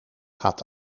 gaat